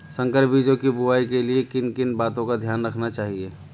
संकर बीजों की बुआई के लिए किन किन बातों का ध्यान रखना चाहिए?